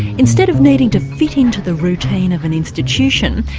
instead of needing to fit in to the routine of an institution,